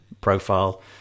profile